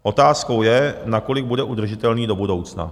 Otázkou je, nakolik bude udržitelný do budoucna.